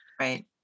Right